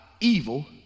evil